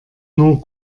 nur